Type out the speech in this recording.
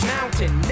Mountain